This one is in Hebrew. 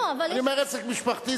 אני אומר: עסק משפחתי,